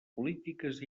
polítiques